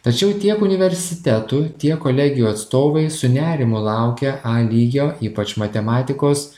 tačiau tiek universitetų tiek kolegijų atstovai su nerimu laukia a lygio ypač matematikos